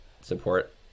support